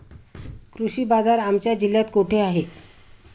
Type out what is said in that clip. कृषी बाजार आमच्या जिल्ह्यात कुठे आहे?